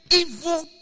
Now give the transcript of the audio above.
evil